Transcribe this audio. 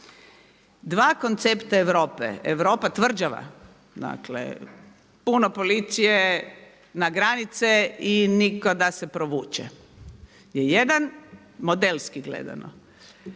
Dva koncepta Europe, Europa tvrđava, dakle puno policije na granice i nitko da se provuče je jedan modelski gledano.